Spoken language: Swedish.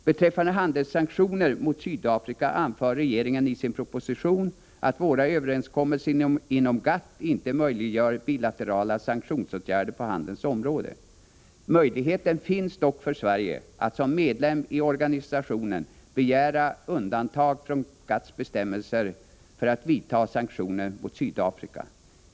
Beträffande handelssanktioner mot Sydafrika anför regeringen i sin proposition att våra överenskommelser inom GATT inte möjliggör bilaterala sanktionsåtgärder på handelns område. Möjligheten finns dock för Sverige att som medlem i organisationen begära undantag från GATT:s bestämmelser för att vidta sanktioner mot Sydafrika.